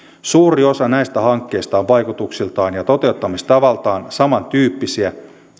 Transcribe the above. suuri osa näistä hankkeista on vaikutuksiltaan ja toteuttamistavaltaan samantyyppisiä